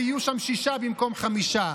ויהיו שם שישה במקום חמישה.